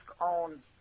on